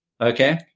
okay